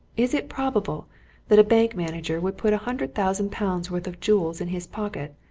is it probable that a bank manager would put a hundred thousand pounds' worth of jewels in his pocket,